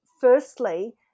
firstly